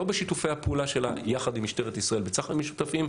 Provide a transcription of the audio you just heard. לא בשיתופי הפעולה שלה יחד עם משטרת ישראל בצח"מ משותפים.